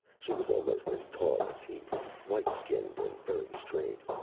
she was almost as tall as he, white-skinned and very straight.